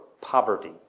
poverty